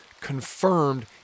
confirmed